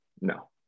no